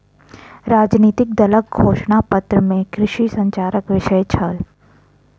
राजनितिक दलक घोषणा पत्र में कृषि संचारक विषय छल